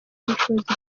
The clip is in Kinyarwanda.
ubushobozi